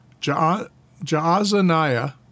Jaazaniah